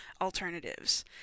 alternatives